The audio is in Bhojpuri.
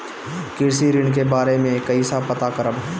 कृषि ऋण के बारे मे कइसे पता करब?